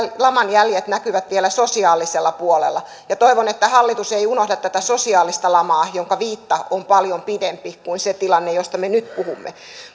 laman jäljet näkyvät vielä sosiaalisella puolella toivon että hallitus ei unohda tätä sosiaalista lamaa jonka viitta on paljon pidempi kuin se tilanne josta me nyt puhumme